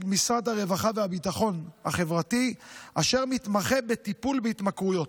משרד הרווחה והביטחון החברתי אשר מתמחה בטיפול בהתמכרויות.